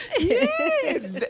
Yes